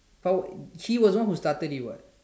but he was the one who started it what